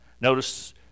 Notice